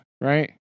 right